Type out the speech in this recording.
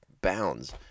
bounds